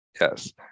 yes